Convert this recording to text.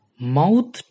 mouth